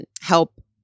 help